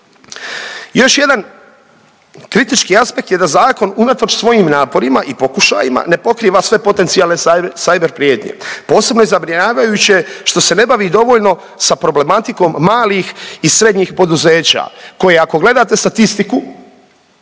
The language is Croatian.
Još jedan kritički aspekt je da zakon unatoč svojim naporima i pokušajima ne pokriva sve potencijalne cyber prijetnje. Posebno je zabrinjavajuće što se ne bavi dovoljno sa problematikom malih i srednjih poduzeća koje ako gledate statistiku